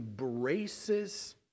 embraces